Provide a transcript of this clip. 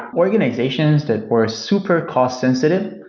organizations that were super cost sensitive,